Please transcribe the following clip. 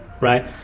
right